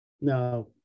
Now